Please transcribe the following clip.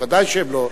ודאי שהן לא,